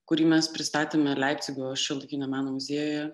kurį mes pristatėme leipcigo šiuolaikinio meno muziejuje